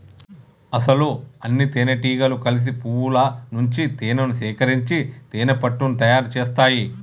అసలు అన్నితేనెటీగలు కలిసి పువ్వుల నుంచి తేనేను సేకరించి తేనెపట్టుని తయారు సేస్తాయి